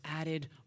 added